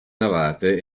navate